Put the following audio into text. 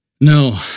No